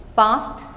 past